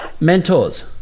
mentors